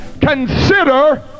Consider